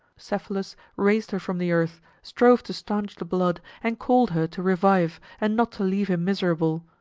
cephalus raised her from the earth, strove to stanch the blood, and called her to revive and not to leave him miserable,